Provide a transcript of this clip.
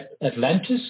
Atlantis